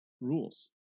rules